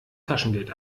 taschengeld